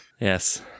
Yes